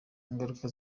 ingaruka